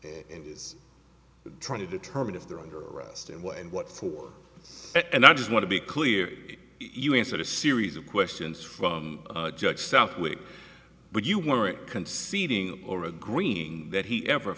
and is trying to determine if they're under arrest and why and what for and i just want to be clear you answered a series of questions from judge southwick but you weren't conceding or agreeing that he ever